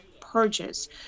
purges